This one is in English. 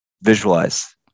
Visualize